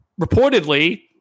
Reportedly